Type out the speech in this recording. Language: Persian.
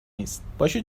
نیست، باشه